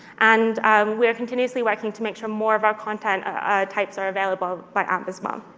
and we are continuously working to make sure more of our content ah types are available by amp, as well.